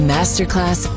Masterclass